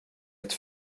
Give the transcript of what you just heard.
ett